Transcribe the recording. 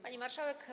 Pani Marszałek!